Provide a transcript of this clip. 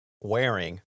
wearing